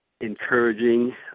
encouraging